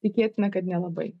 tikėtina kad nelabai